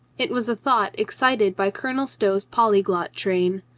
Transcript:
it was a thought excited by colonel stow's polyglot train.